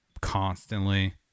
constantly